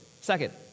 Second